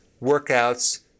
workouts